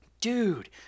Dude